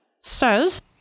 Says